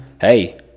hey